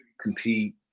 compete